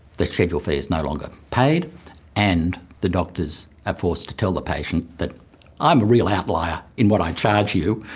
the scheduled fee is no longer paid and the doctors are forced to tell the patient that i'm a real outlier in what i charge you.